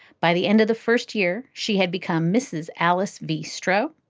by the end of the first year, she had become mrs. alice v. stro.